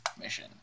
mission